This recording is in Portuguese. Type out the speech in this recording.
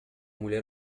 mulher